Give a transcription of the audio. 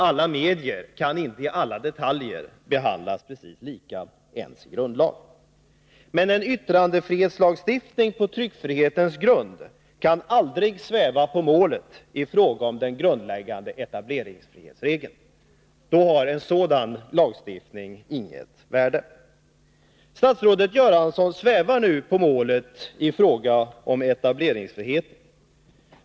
Alla medier kan inte i alla detaljer behandlas precis lika ens i grundlag. Men en yttrandefrihetslagstiftning på tryckfrihetens grund kan aldrig sväva på målet i fråga om den grundläggande etableringsfrihetsregeln, för då har en sådan lagstiftning inget värde. Statsrådet Göransson svävar nu på målet just i fråga om etableringsfriheten.